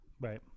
Right